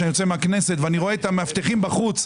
כשאני יוצא מהכנסת ואני רואה את המאבטחים בחוץ,